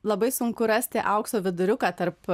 labai sunku rasti aukso viduriuką tarp